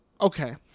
okay